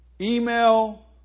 email